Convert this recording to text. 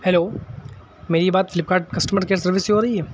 hello میری بات Flipkart customer care service سے ہو رہی ہے